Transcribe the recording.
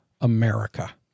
America